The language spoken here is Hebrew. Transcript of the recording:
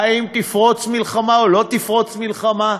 אם תפרוץ מלחמה או לא תפרוץ מלחמה.